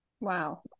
Wow